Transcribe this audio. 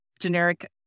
Generic